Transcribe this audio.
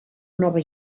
nova